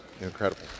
Incredible